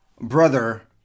brother